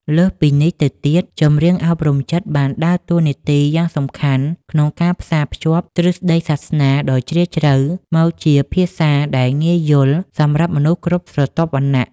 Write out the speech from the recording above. លើសពីនេះទៅទៀត ចម្រៀងអប់រំចិត្តបានដើរតួនាទីយ៉ាងសំខាន់ក្នុងការផ្សារភ្ជាប់ទ្រឹស្ដីសាសនាដ៏ជ្រាលជ្រៅ មកជាភាសាដែលងាយយល់សម្រាប់មនុស្សគ្រប់ស្រទាប់វណ្ណៈ។